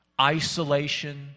isolation